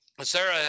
Sarah